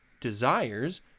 desires